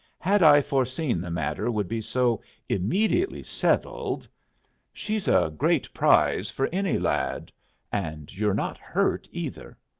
had i foreseen the matter would be so immediately settled she's a great prize for any lad and you're not hurt either.